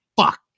fuck